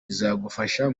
bizagufasha